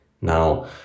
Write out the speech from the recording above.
Now